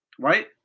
Right